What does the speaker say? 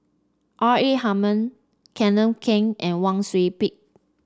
R A Hamid Kenneth Keng and Wang Sui Pick